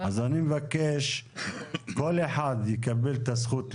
אז אני מבקש, כל אחד יקבל את הזכות לדיבור.